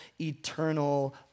eternal